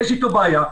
יש איתו בעיה,